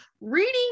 Reading